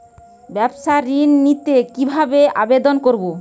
ব্যাবসা ঋণ নিতে কিভাবে আবেদন করব?